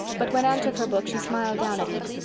but when anne took her books she smiled down at him.